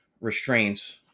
restraints